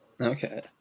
Okay